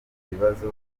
ibibazo